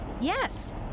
Yes